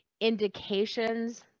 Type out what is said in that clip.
indications